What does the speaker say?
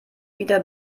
wieder